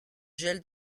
gel